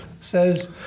says